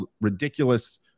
ridiculous